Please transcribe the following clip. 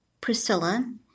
Priscilla